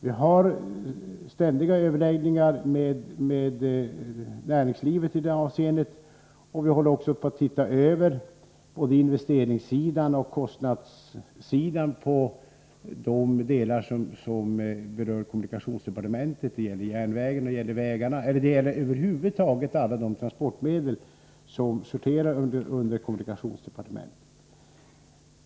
Vi har ständiga överläggningar med näringslivet i det avseendet, och vi håller också på att se över både investeringssidan och kostnadssidan i de delar de berör kommunikationsdepartementet — det gäller järnvägen och vägarna, och det gäller över huvud taget alla de transportmedel som sorterar under kommunikationsdepartementet.